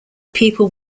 people